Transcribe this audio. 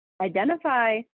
identify